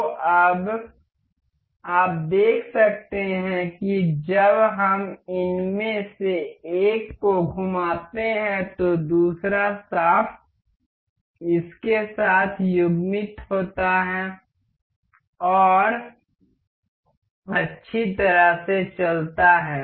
तो अब आप देख सकते हैं कि जब हम इनमें से एक को घुमाते हैं तो दूसरा शाफ्ट इसके साथ युग्मित होता है और अच्छी तरह से चलता है